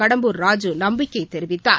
கடம்பூர் ராஜு நம்பிக்ககை தெரிவித்தார்